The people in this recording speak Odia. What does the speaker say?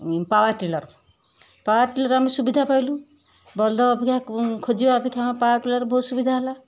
ପାୱାର ଟିଲର ପାୱାର ଟିଲର ଆମେ ସୁବିଧା ପାଇଲୁ ବଲଦ ଅପେକ୍ଷା ଖୋଜିବା ଅପେକ୍ଷା ଆମେ ପାୱାର ଟିଲର ବହୁତ ସୁବିଧା ହେଲା